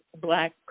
black